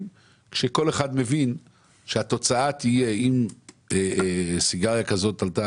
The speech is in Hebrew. כשכל אחד מבין שהתוצאה תהיה כזאת שאם סיגריה כזאת עלתה